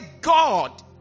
God